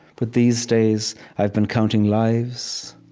but these days, i've been counting lives,